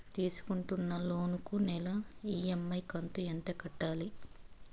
తీసుకుంటున్న లోను కు నెల ఇ.ఎం.ఐ కంతు ఎంత కట్టాలి?